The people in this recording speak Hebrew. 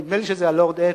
נדמה לי שזה הלורד אטלי,